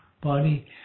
body